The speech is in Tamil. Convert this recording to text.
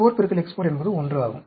X4 X4 என்பது 1 ஆகும்